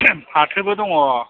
फाथोबो दङ